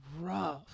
rough